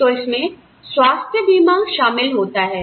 तो इसमें स्वास्थ्य बीमा शामिल होता है